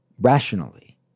rationally